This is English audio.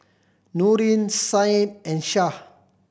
Nurin Said and Syah